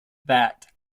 that